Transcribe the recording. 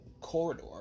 corridor